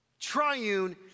triune